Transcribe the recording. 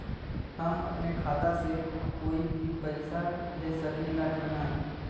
हम अपने खाता से कोई के पैसा भेज सकी ला की ना?